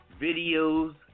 videos